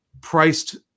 priced